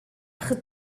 achos